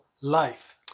life